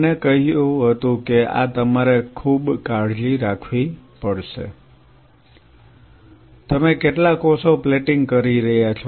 તમને કહ્યું હતું કે આ તમારે ખૂબ કાળજી રાખવી પડશે તમે કેટલા કોષો પ્લેટિંગ કરી રહ્યા છો